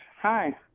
hi